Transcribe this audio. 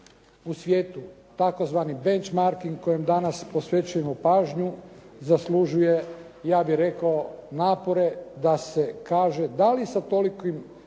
u svijetu tzv. "benchmarkinga" kojim danas posvećujemo pažnju zaslužuje ja bih rekao napore da se kaže dali sa tolikim